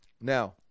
now